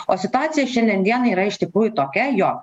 o situacija šiandien dienai yra iš tikrųjų tokia jog